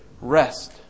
rest